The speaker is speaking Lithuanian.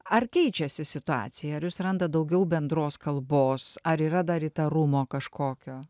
ar keičiasi situacija ar jūs randat daugiau bendros kalbos ar yra dar įtarumo kažkokio